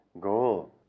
goal